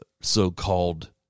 so-called